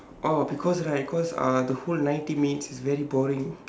oh because right cause uh the whole ninety minutes is very boring